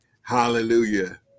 hallelujah